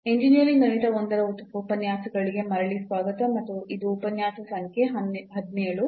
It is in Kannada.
ಇಂಜಿನಿಯರಿಂಗ್ ಗಣಿತ I ರ ಉಪನ್ಯಾಸಗಳಿಗೆ ಮರಳಿ ಸ್ವಾಗತ ಮತ್ತು ಇದು ಉಪನ್ಯಾಸ ಸಂಖ್ಯೆ 17